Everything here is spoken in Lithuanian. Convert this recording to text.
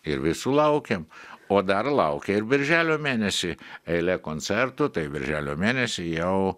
ir visų laukiam o dar laukia ir birželio mėnesį eilė koncertų tai birželio mėnesį jau